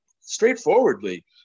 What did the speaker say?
straightforwardly